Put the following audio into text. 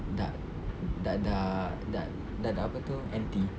budak budak-budak budak-budak apa tu anti